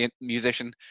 musician